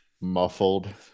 muffled